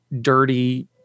dirty